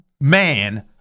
man